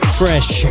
fresh